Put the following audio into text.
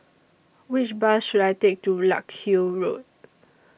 Which Bus should I Take to Larkhill Road